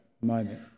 moment